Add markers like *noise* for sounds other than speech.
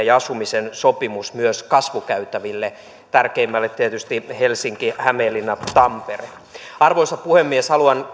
*unintelligible* ja asumisen sopimus myös kasvukäytäville tärkeimpänä tietysti helsinki hämeenlinna tampere arvoisa puhemies haluan *unintelligible*